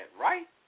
right